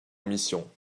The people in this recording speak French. missions